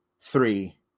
three